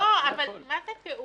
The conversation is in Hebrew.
מה זה תיאום?